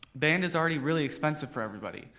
band is already really expensive for everybody.